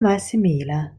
malsimila